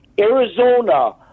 Arizona